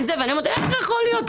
איך זה יכול להיות?